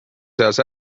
seas